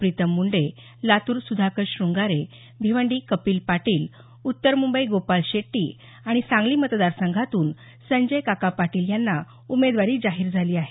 प्रीतम मुंडे लातूर सुधाकर श्रंगारे भिवंडी कपील पाटील उत्तर मुंबई गोपाल शेट्टी आणि सांगली मतदार संघातून संजय काका पाटील यांना उमेदवारी जाहीर झाली आहे